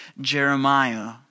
Jeremiah